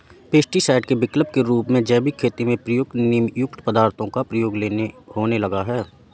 pesticide के विकल्प के रूप में जैविक खेती में प्रयुक्त नीमयुक्त पदार्थों का प्रयोग होने लगा है